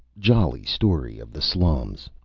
jolly story of the slums.